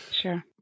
sure